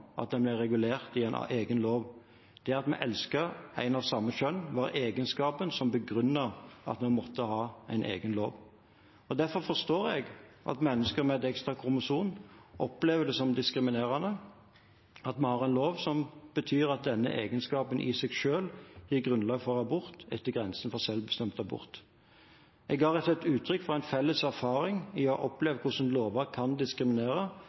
at det ble regulert i en egen lov. Det at vi elsker en av samme kjønn, var egenskapen som begrunnet at vi måtte ha en egen lov. Derfor forstår jeg at mennesker med et ekstra kromosom opplever det som diskriminerende at vi har en lov som betyr at denne egenskapen i seg selv gir grunnlag for abort etter grensen for selvbestemt abort. Jeg ga rett og slett uttrykk for en felles erfaring i å ha opplevd hvordan lover kan diskriminere